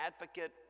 advocate